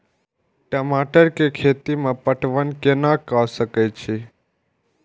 टमाटर कै खैती में पटवन कैना क सके छी?